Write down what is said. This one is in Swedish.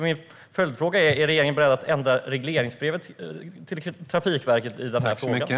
Min följdfråga är: Är regeringen beredd att ändra i regleringsbrevet till Trafikverket i den här frågan?